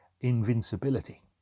invincibility